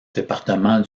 département